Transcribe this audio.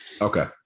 Okay